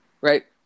right